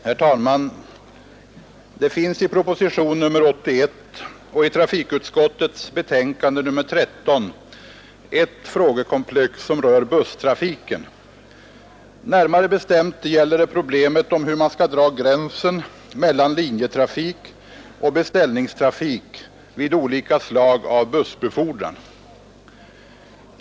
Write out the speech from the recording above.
Herr talman! Det finns i propositionen 81 och i trafikutskottets betänkande nr 13 ett frågekomplex som rör busstrafiken. Närmare bestämt gäller det problemet om hur man skall dra gränsen mellan linjetrafik och beställningstrafik vid olika slag av bussbefordran.